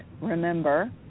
remember